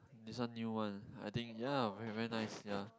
this one new one I think ya very very nice ya